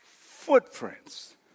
footprints